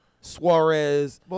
Suarez